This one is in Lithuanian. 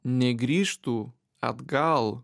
negrįžtų atgal